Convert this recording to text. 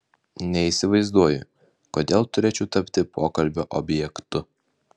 neįsivaizduoju kodėl turėčiau tapti pokalbio objektu